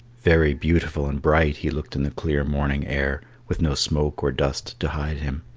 very beautiful and bright he looked in the clear morning air, with no smoke or dust to hide him.